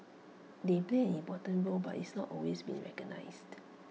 they played an important role but it's not always been recognised